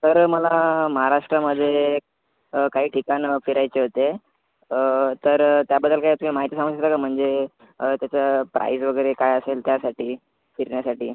sir मला महाराष्ट्रामध्ये काही ठिकाणं फिरायचे होते तर त्याबद्दल काही तुम्ही माहिती सांगू शकता का म्हणजे त्याचं प्राईज वगैरे काय असेल त्यासाठी फिरण्यासाठी